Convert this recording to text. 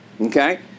okay